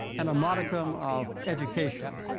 and a modicum of education